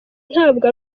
ntabwo